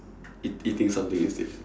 eat eating something instead